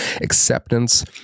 acceptance